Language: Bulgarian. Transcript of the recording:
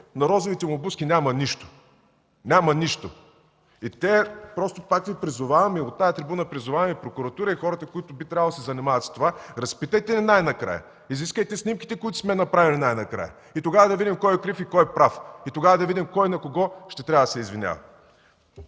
на розовите му бузки няма нищо. Няма нищо! И пак Ви призовавам, и от тази трибуна призовавам и прокуратурата, и хората, които би трябвало да се занимават с това – разпитайте ни най-накрая, изискайте снимките, които сме направили най-накрая и тогава да видим кой е крив, и кой е прав, и тогава да видим кой на кого ще трябва да се извинява.